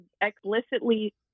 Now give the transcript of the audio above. explicitly